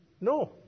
No